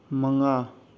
ꯃꯉꯥ